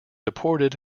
deported